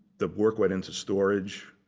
the work went into storage.